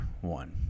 one